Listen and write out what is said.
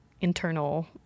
internal